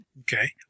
Okay